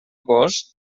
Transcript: gos